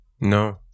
no